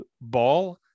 ball